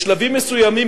בשלבים מסוימים,